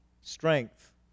strength